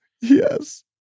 yes